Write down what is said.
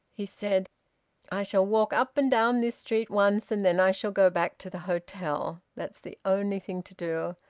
he said i shall walk up and down this street once, and then i shall go back to the hotel. that's the only thing to do.